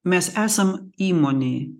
mes esam įmonėj